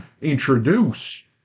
introduce